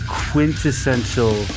quintessential